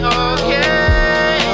okay